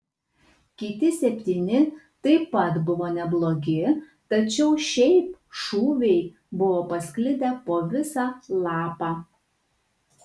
kiti septyni taip pat buvo neblogi tačiau šiaip šūviai buvo pasklidę po visą lapą